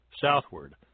southward